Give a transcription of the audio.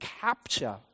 capture